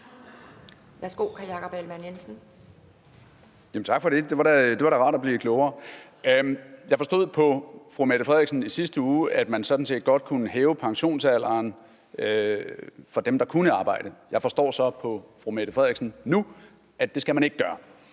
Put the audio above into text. Tak for det. Det var da rart at blive klogere. Jeg forstod på fru Mette Frederiksen i sidste uge, at man sådan set godt kunne hæve pensionsalderen for dem, der kunne arbejde. Jeg forstår så på fru Mette Frederiksen nu, at det skal man ikke gøre.